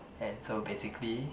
and so basically